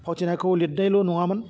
फावथिनाखौ लिरनायल' नङामोन